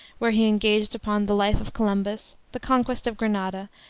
where he engaged upon the life of columbus, the conquest of granada,